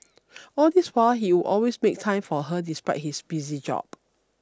all this while he would always make time for her despite his busy job